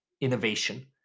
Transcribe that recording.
innovation